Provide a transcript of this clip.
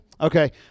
Okay